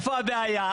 איפה הבעיה?